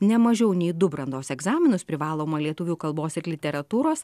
ne mažiau nei du brandos egzaminus privalomą lietuvių kalbos ir literatūros